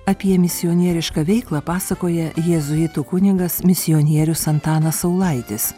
apie misionierišką veiklą pasakoja jėzuitų kunigas misionierius antanas saulaitis